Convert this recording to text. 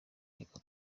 reka